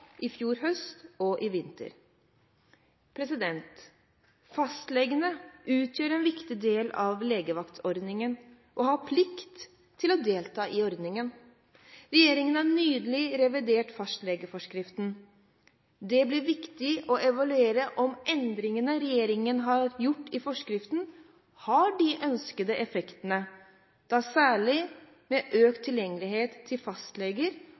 i fjor høst og i vinter. Fastlegene utgjør en viktig del av legevaktordningen og har plikt til å delta i ordningen. Regjeringen har nylig revidert fastlegeforskriften. Det blir viktig å evaluere om endringene regjeringen har gjort i forskriften, har de ønskede effektene, da særlig om økt